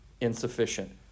insufficient